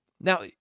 Now